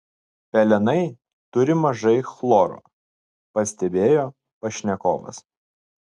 pelenai turi mažai chloro pastebėjo pašnekovas